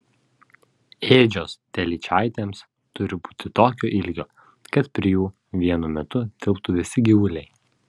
ėdžios telyčaitėms turi būti tokio ilgio kad prie jų vienu metu tilptų visi gyvuliai